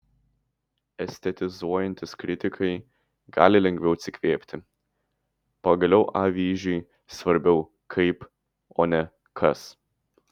estetizuojantys kritikai gali lengviau atsikvėpti pagaliau avyžiui svarbiau kaip o ne kas